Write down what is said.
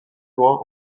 loin